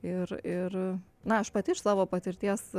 ir ir na aš pati iš savo patirties